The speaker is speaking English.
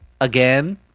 Again